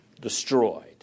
destroyed